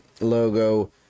logo